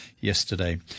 yesterday